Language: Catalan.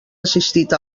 assistit